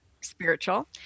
spiritual